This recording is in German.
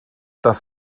das